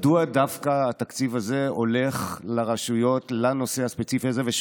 מדוע דווקא התקציב הזה הולך לרשויות לנושא הספציפי הזה.